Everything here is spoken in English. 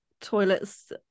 Toilets